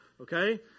Okay